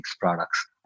products